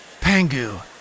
Pangu